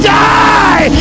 die